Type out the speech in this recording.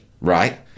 right